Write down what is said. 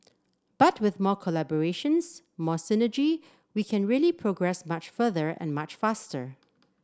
but with more collaborations more synergy we can really progress much further and much faster